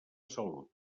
salut